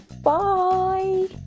Bye